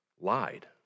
Lied